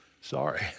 Sorry